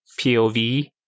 POV